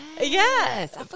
Yes